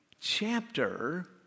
chapter